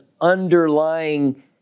underlying